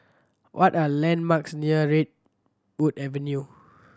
what are landmarks near Redwood Avenue